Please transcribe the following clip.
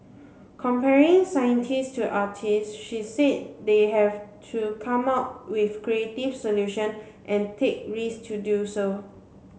comparing scientist to artist she said they have to come up with creative solution and take risk to do so